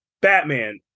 Batman